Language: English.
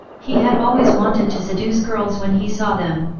he had always wanted to seduce girls when he saw them,